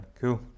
cool